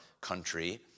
country